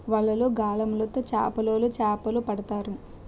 వలలు, గాలములు తో చేపలోలు చేపలు పడతారు